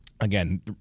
Again